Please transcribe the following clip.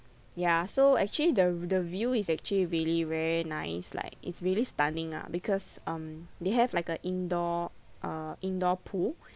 ya so actually the the view is actually really very nice like it's really stunning ah because um they have like a indoor uh indoor pool